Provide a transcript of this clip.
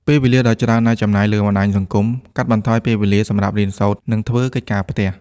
ពេលវេលាដ៏ច្រើនដែលចំណាយលើបណ្ដាញសង្គម កាត់បន្ថយពេលវេលាសម្រាប់រៀនសូត្រ និង ធ្វើកិច្ចការផ្ទះ។